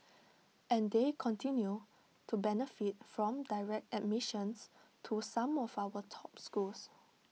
and they continue to benefit from direct admissions to some of our top schools